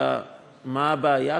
אלא מה הבעיה?